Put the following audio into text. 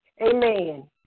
amen